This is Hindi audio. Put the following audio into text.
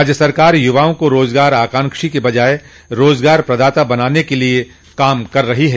राज्य सरकार युवाओं को रोजगार आकांक्षी के बजाय रोजगार प्रदाता बनाने के लिये काम कर रही है